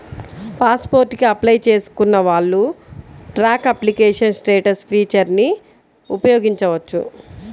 pass port కి apply చేసుకున్న వాళ్ళు ట్రాక్ అప్లికేషన్ స్టేటస్ ఫీచర్ని ఉపయోగించవచ్చు